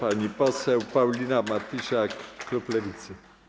Pani poseł Paulina Matysiak, klub Lewicy.